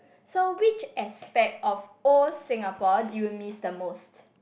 so which aspect of old Singapore do you miss the most